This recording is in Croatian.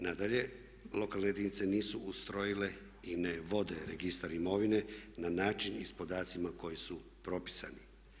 Nadalje, lokalne jedinice nisu ustrojile i ne vode registar imovine na način i s podacima koji su propisani.